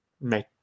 make